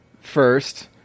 first